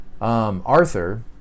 Arthur